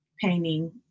painting